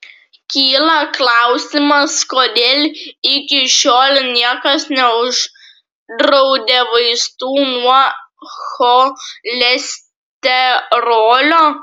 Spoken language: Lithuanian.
kyla klausimas kodėl iki šiol niekas neuždraudė vaistų nuo cholesterolio